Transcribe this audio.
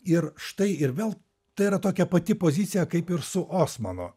ir štai ir vėl tai yra tokia pati pozicija kaip ir su osmanu